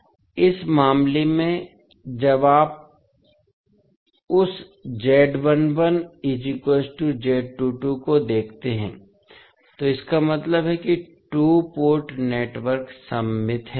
अब मामले में जब आप उस को देखते हैं तो इसका मतलब है कि टू पोर्ट नेटवर्क सममित है